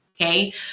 okay